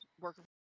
working